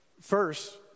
First